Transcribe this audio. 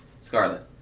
Scarlet